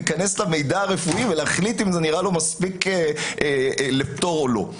להיכנס למידע הרפואי ולהחליט אם זה נראה לו מספיק לפטור או לא.